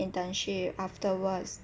internship afterwards